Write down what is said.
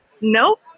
Nope